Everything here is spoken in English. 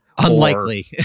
unlikely